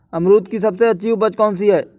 अमरूद की सबसे अच्छी उपज कौन सी है?